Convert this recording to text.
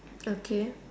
okay